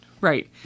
right